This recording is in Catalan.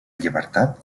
llibertat